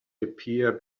appear